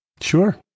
Sure